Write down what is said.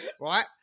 right